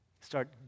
start